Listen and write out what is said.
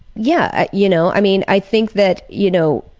yeah, you know, i mean, i think that, you know,